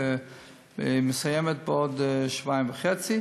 ומסיימת עוד שבועיים וחצי.